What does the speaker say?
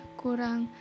kurang